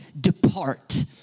depart